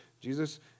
Jesus